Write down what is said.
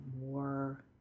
more